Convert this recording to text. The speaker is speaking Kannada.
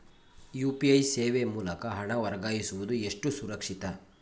ಯು.ಪಿ.ಐ ಸೇವೆ ಮೂಲಕ ಹಣ ವರ್ಗಾಯಿಸುವುದು ಎಷ್ಟು ಸುರಕ್ಷಿತ?